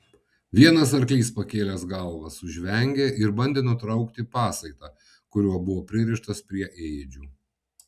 vienas arklys pakėlęs galvą sužvengė ir bandė nutraukti pasaitą kuriuo buvo pririštas prie ėdžių